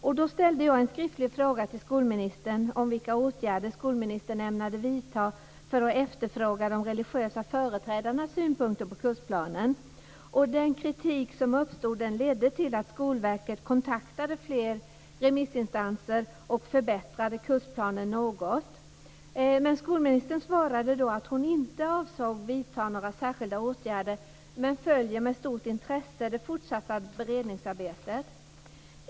Jag ställde då en skriftlig fråga till skolministern om vilka åtgärder skolministern ämnade vidta för att efterfråga de religiösa företrädarnas synpunkter på kursplanen. Den kritik som uppstod ledde till att Skolverket kontaktade fler remissinstanser och förbättrade kursplanen något. Skolministern svarade att hon inte avsåg att vidta några särskilda åtgärder, men med stort intresse skulle följa det fortsatta beredningsarbetet.